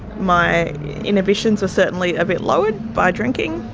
my inhibitions were certainly a bit lowered by drinking,